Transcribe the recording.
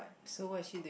so what is she doing